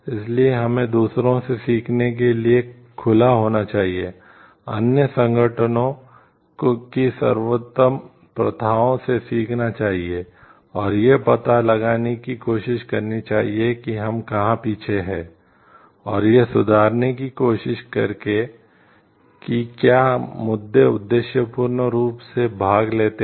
इसलिए हमें दूसरों से सीखने के लिए खुला होना चाहिए अन्य संगठनों की सर्वोत्तम प्रथाओं से सीखना चाहिए और यह पता लगाने की कोशिश करनी चाहिए कि हम कहां पीछे हैं और यह सुधारने की कोशिश करें कि क्या मुद्दे उद्देश्यपूर्ण रूप से भाग लेते हैं